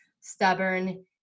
stubborn